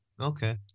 Okay